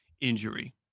injury